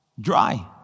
dry